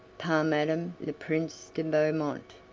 par madame leprince de beaumont.